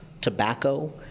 tobacco